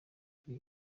kuri